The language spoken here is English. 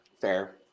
Fair